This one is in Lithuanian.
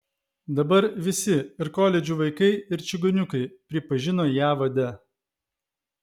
dabar visi ir koledžų vaikai ir čigoniukai pripažino ją vade